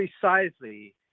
precisely